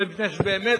אלא מפני שבאמת,